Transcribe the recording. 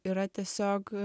yra tiesiog